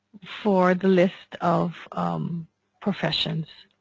for the list of professions.